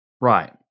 Right